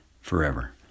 forever